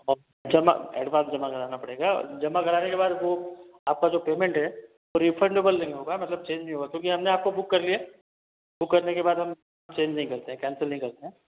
और जमा एडवांस जमा करवाना पड़ेगा जमा करवाने के बाद वो आपका जो पेमेंट है वो रिफंडेबल नहीं होगा मतलब चेंज नहीं होगा क्योंकि हमें आपको बुक कर लिया है बुक करने के बाद हम चेंज नहीं करते है कैन्सल नहीं करते है